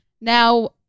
now